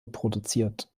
produziert